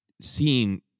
seeing